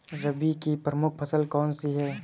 रबी की प्रमुख फसल कौन सी है?